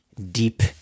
deep